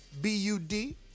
B-U-D